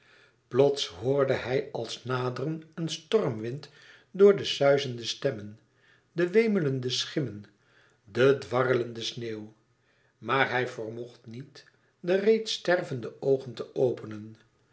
plots hoorde hij als naderen een stormwind door de suizende stemmen de wemelende schimmen de dwarrelende sneeuw maar hij vermocht niet de reeds stervende oogen te openen